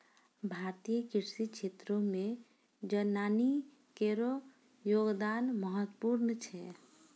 भारतीय कृषि क्षेत्रो मे जनानी केरो योगदान महत्वपूर्ण छै